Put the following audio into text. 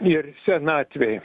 ir senatvėj